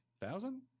thousand